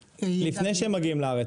לפני שהם מגיעים לארץ,